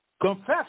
Confess